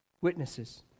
witnesses